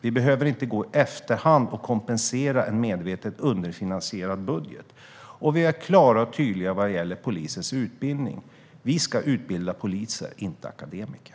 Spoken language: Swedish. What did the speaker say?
Vi behöver inte i efterhand kompensera en medvetet underfinansierad budget. Och vi är klara och tydliga vad gäller polisers utbildning: Vi ska utbilda poliser, inte akademiker.